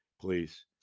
Please